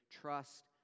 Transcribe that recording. trust